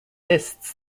lists